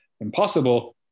impossible